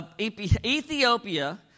Ethiopia